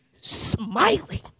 smiling